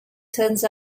turns